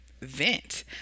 vent